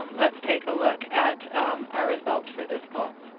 let's take a look at our results for this poll.